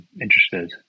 interested